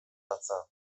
datza